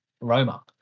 Roma